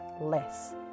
less